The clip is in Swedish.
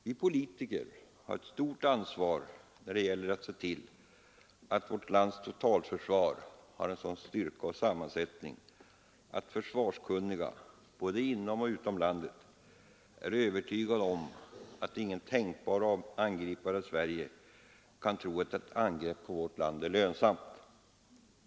Vi politiker har ett stort ansvar när det gäller att se till att vårt lands totalförsvar har sådan styrka och sammansättning att försvarskunniga — både inom och utom landet — är övertygade om att ingen tänkbar angripare av Sverige kan tro att ett angrepp på vårt land är lönsamt.